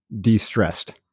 de-stressed